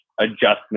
adjustment